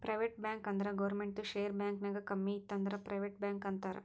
private bank ಅಂದುರ್ ಗೌರ್ಮೆಂಟ್ದು share bank ನಾಗ್ ಕಮ್ಮಿ ಇತ್ತು ಅಂದುರ್ ಪ್ರೈವೇಟ್ ಬ್ಯಾಂಕ್ ಅಂತಾರ್